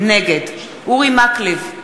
נגד אורי מקלב,